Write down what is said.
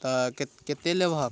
तऽ कतेक कतेक लेबहक